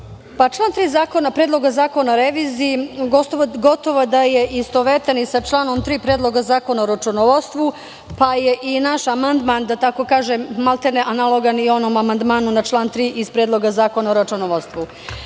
Hvala. Član 3. Predloga zakona o reviziji, gotovo da je istovetan i sa članom 3. Predloga zakona o računovodstvu, pa je i naš amandman, da tako kažem, maltene analogan i onom amandmanu na član 3. iz Predloga zakona o računovodstvu. Naime,